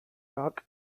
rock